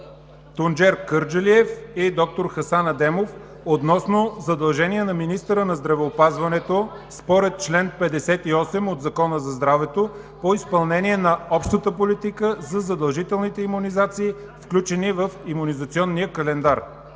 Тунчер Кърджалиев и д-р Хасан Адемов относно задължение на министъра на здравеопазването според чл. 58 от Закона за здравето по изпълнение на общата политика за задължителните имунизации, включени в имунизационния календар.